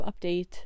update